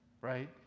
right